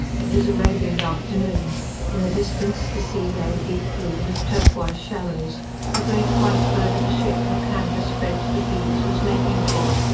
it was a radiant afternoon in the distance the sea lay deep blue, with turquoise shallows a great white bird of a ship, her canvas spread to the breeze, was making for.